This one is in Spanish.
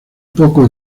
poco